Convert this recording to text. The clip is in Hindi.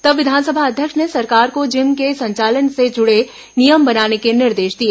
तब विधानसभा अध्यक्ष ने सरकार को जिम के संचालन से जुड़े नियम बनाने के निर्देश दिए